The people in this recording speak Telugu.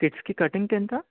కిడ్స్కి కటింగ్కి ఎంత